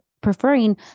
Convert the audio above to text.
Preferring